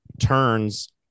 turns